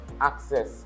access